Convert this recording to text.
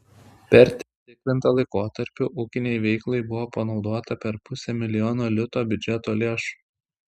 per tikrintą laikotarpį ūkinei veiklai buvo panaudota per pusę milijono litų biudžeto lėšų